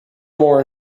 more